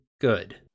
good